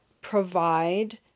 provide